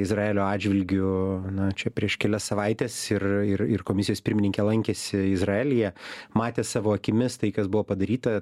izraelio atžvilgiu na čia prieš kelias savaites ir ir ir komisijos pirmininkė lankėsi izraelyje matė savo akimis tai kas buvo padaryta